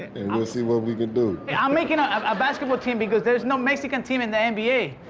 and we'll see what we can do. hey, i'm making ah um a basketball team because there's no mexican team in the and nba.